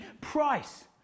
price